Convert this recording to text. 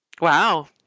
Wow